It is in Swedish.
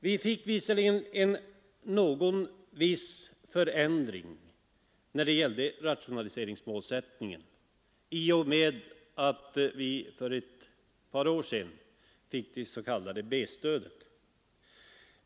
Vi fick visserligen en viss förändring när det gäller rationaliseringsmålsättningen i och med att vi för ett par år sedan fick det s.k. B-stödet.